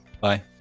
Bye